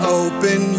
open